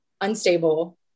unstable